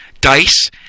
dice